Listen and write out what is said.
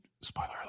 spoiler